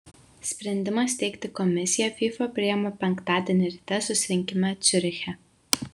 sprendimą steigti komisiją fifa priėmė penktadienį ryte susirinkime ciuriche